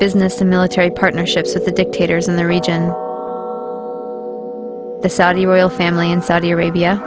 business and military partnerships with the dictators in the region the saudi royal family in saudi arabia